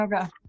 Okay